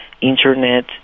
Internet